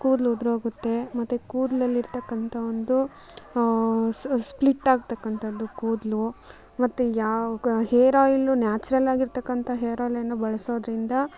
ಕೂದಲು ಉದುರೋಗುತ್ತೆ ಮತ್ತೆ ಕೂದಲಲ್ಲಿರ್ತಕ್ಕಂಥ ಒಂದು ಸ್ಪ್ಲಿಟ್ ಆಗ್ತಕ್ಕಂಥದ್ದು ಕೂದಲು ಮತ್ತು ಯಾವ ಕ ಹೇರ್ ಆಯಿಲ್ಲು ನ್ಯಾಚುರಲ್ಲಾಗಿರತಕ್ಕಂಥ ಹೇರ್ ಆಯಿಲನ್ನು ಬಳಸೋದ್ರಿಂದ